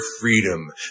freedom